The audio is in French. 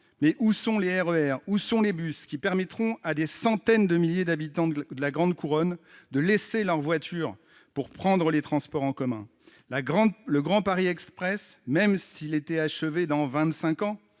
Mais où sont les trains RER et les bus qui permettront à des centaines de milliers d'habitants de la grande couronne de laisser leur voiture pour prendre les transports en commun ? Le Grand Paris Express, même s'il était achevé dans